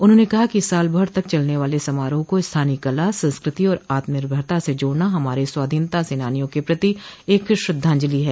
उन्होंने कहा कि साल भर तक चलने वाले समारोह को स्थानीय कला संस्कृति और आत्मनिर्भरता से जोड़ना हमारे स्वाधीनता सेनानियों के प्रति एक श्रद्वांजलि है